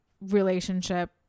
relationship